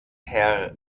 herr